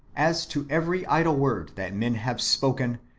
as to every idle word that men have spoken,